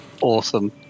Awesome